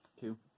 Two